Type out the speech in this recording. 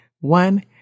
one